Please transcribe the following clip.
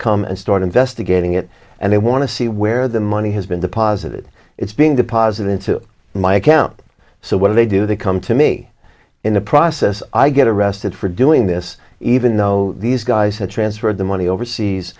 come and start investigating it and they want to see where the money has been deposited it's being deposited into my account so what do they do they come to me in the process i get arrested for doing this even though these guys had transferred the money overseas